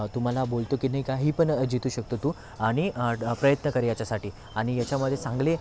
तुम्हाला बोलतो की नाही काही पण जीतू शकतो तू आणि प्रयत्न कर याच्यासाठी आणि याच्यामध्ये चांगले